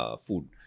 food